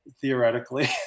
Theoretically